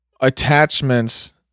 attachments